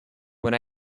when